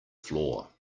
floor